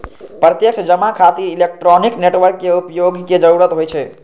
प्रत्यक्ष जमा खातिर इलेक्ट्रॉनिक नेटवर्क के उपयोगक जरूरत होइ छै